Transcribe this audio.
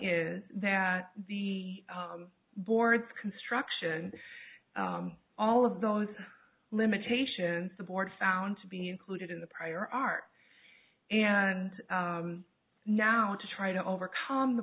is that the board's construction all of those limitations the board found to be included in the prior art and now to try to overcome the